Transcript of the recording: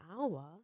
hour